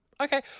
Okay